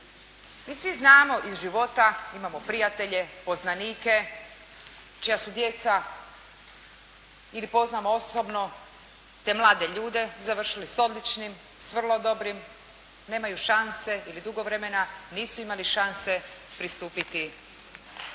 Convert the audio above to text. Mi svi znamo iz života, imamo prijatelje, poznanike čija su djeca ili poznamo osobno te mlade ljude, završili s odličnim s vrlo dobrim, nemaju šanse ili dugo vremena nisu mali šanse pristupiti,